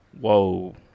Whoa